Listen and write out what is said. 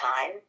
time